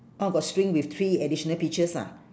oh got string with three additional peaches ah